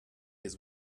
his